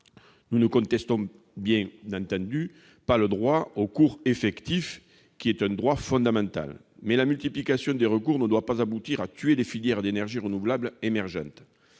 Nous ne contestons pas, bien entendu, le droit au recours effectif, qui est un droit fondamental. Toutefois, la multiplication des recours ne doit pas aboutir à tuer les filières d'énergies renouvelables émergentes.